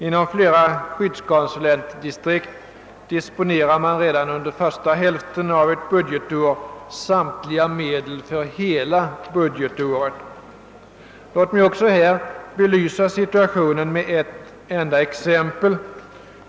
Inom flera skyddskonsulentdistrikt disponerar man redan under första hälften av budgetåret samtliga medel för hela budgetåret. Låt mig belysa situationen med ett enda exempel.